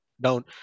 down